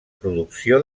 producció